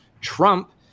Trump